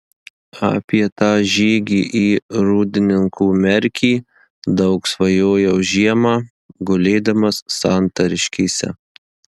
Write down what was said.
apie tą žygį į rūdninkų merkį daug svajojau žiemą gulėdamas santariškėse